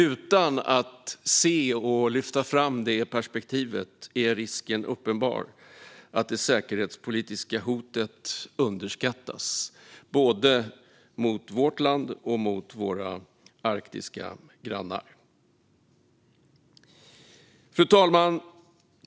Utan att se och lyfta fram det perspektivet är risken uppenbar att det säkerhetspolitiska hotet både mot vårt land och mot våra arktiska grannar underskattas. Fru talman!